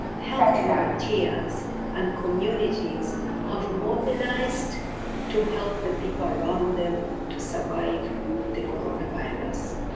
health volunteers and communities have mobilised to help the people around them to survive the coronavirus.